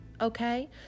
Okay